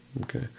Okay